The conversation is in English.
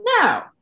No